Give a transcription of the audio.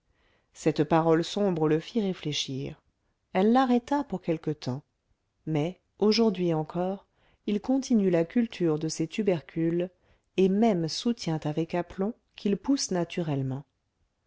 cette parole sombre le fit réfléchir elle l'arrêta pour quelque temps mais aujourd'hui encore il continue la culture de ses tubercules et même soutient avec aplomb qu'ils poussent naturellement